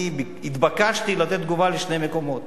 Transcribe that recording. אני התבקשתי לתת תגובה לשני מקומות,